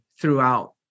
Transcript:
throughout